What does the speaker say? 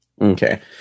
Okay